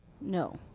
No